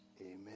amen